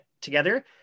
together